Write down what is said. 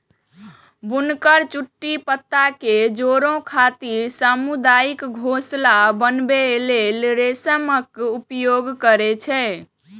बुनकर चुट्टी पत्ता कें जोड़ै खातिर सामुदायिक घोंसला बनबै लेल रेशमक उपयोग करै छै